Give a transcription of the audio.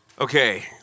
Okay